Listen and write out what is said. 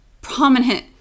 prominent